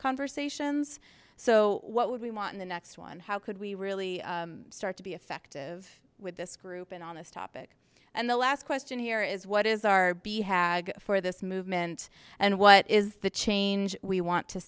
conversations so what would we want in the next one how could we really start to be effective with this group and on this topic and the last question here is what is our be had for this movement and what is the change we want to